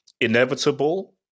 inevitable